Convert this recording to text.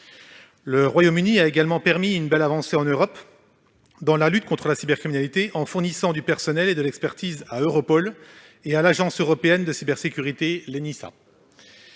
Le Royaume-Uni a également permis une belle avancée en Europe dans le cadre de la lutte contre la cybercriminalité, en fournissant du personnel et de l'expertise à Europol et à l'Agence européenne chargée de la